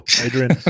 Adrian